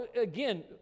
again